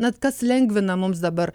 na kas lengvina mums dabar